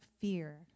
fear